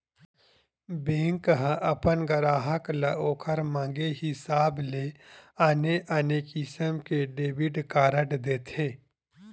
bank ह अपन गराहक ल ओखर मांगे हिसाब ले आने आने किसम के डेबिट कारड देथे